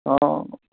ਹਾਂ